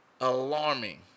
alarming